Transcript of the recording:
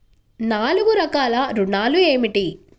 నాలుగు రకాల ఋణాలు ఏమిటీ?